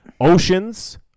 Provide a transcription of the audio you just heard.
Oceans